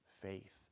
faith